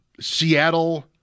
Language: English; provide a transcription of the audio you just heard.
Seattle